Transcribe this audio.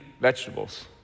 vegetables